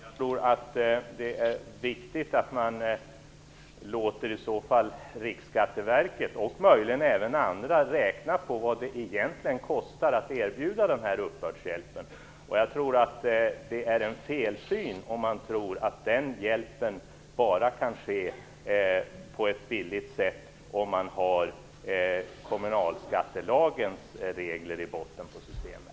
Fru talman! Jag tror att det är viktigt att man i så fall låter Riksskatteverket, kanske även andra, räkna på vad det egentligen kostar att erbjuda den här uppbördshjälpen. Det är nog en felsyn om man tror att den hjälpen bara kan ske på ett billigt sätt om man har kommunalskattelagens regler i botten på systemet.